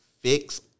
fix